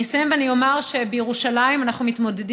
אני אסיים ואני אומר שבירושלים אנחנו מתמודדים,